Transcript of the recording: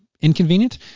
inconvenient